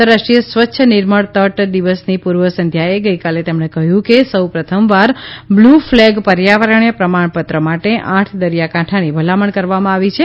આંતરરાષ્ટ્રીય સ્વચ્છ નિર્મળ તટ દિવસની પુર્વ સંધ્યાએ ગઇકાલે તેમણે કહ્યું કે સૌ પ્રથમવાર બ્લુ ફલેગ પર્યાવરણીય પ્રમાણપત્ર માટે આઠ દરિયાકાંઠાની ભલામણ કરવામાં આવી છે